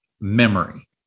Memory